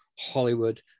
Hollywood